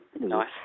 Nice